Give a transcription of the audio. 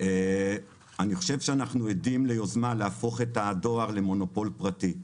אני חושב שאנחנו עדים ליוזמה להפוך את הדואר למונופול פרטי.